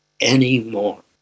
anymore